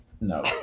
No